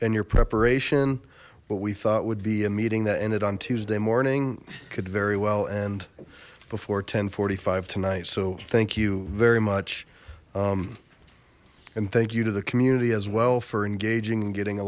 and your preparation what we thought would be a meeting that ended on tuesday morning could very well end before ten forty five tonight so thank you very much and thank you to the community as well for engaging in getting a